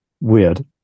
weird